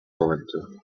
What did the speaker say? verwandte